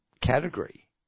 category